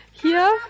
Hier